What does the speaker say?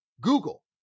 Google